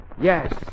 Yes